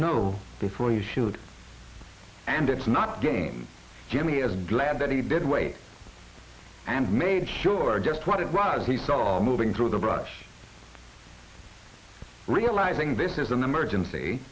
know before you shoot and it's not game jimmy as glad that he did wait and made sure just what it was he saw moving through the brush realizing this is an emergency